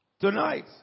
tonight